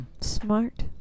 smart